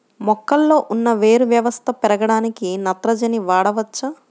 మొక్కలో ఉన్న వేరు వ్యవస్థ పెరగడానికి నత్రజని వాడవచ్చా?